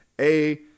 A-